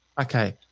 Okay